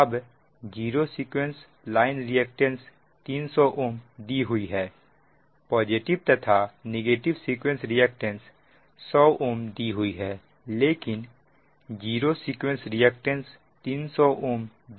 अब zero sequence line reactance 300 Ω दी हुई है पॉजिटिव तथा नेगेटिव सीक्वेंस रिएक्टेंस 100 दी हुई है लेकिन जीरो सीक्वेंस रिएक्टेंस 300 Ω दी हुई है